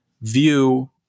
view